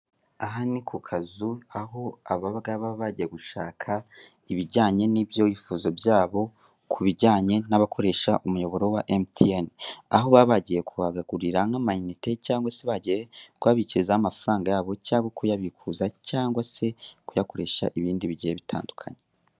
Aha ni kukazu aho abangaba baba bagiye gushaka ibijyanye nibyifuzo byabo kubijyanye nabakoresha umuyoboro wa MTN aho baba bagiye kuhagurira nkama inite cyangwa se bagiye kuhabikiriza amafaranga yabo cyangwa kuyabikuza cyangwa se kuyakoresha ibindi bigiye bitandukanye.